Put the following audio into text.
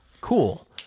Cool